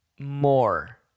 more